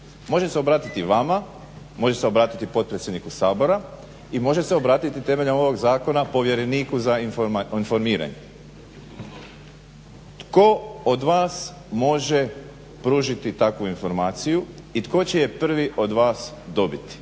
Može se obratiti vama, može se obratiti potpredsjedniku Sabora i može se obratiti temeljem ovog zakona povjereniku za informiranje. Tko od vas može pružiti takvu informaciju i tko će je prvi od vas dobiti?